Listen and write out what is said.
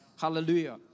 Hallelujah